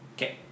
Okay